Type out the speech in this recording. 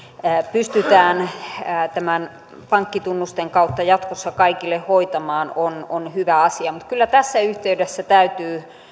pystytään näiden pankkitunnusten kautta jatkossa kaikille hoitamaan on on hyvä asia mutta kyllä tässä yhteydessä täytyy